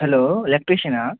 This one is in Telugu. హలో ఎలెక్ట్రిషనా